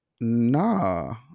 nah